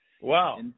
Wow